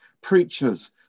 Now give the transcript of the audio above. preachers